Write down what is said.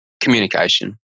Communication